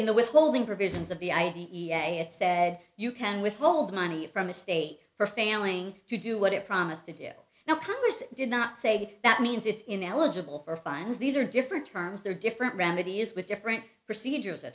in the withholding provisions of the i d e a it said you can withhold money from the state for failing to do what it promised to do now congress did not say that means it's ineligible for fines these are different terms they're different remedies with different procedures